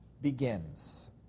begins